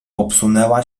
obsunęła